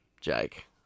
Jake